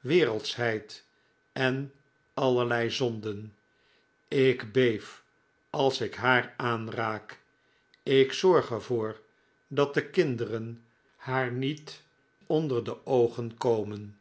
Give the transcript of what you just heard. wereldschheid en allerlei zonden ik beef als ik haar aanraak ik zorg er voor dat de kinderen haar niet onder de oogen komen